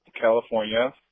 California